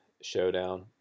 showdown